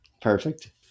Perfect